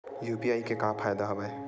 UPI के का फ़ायदा हवय?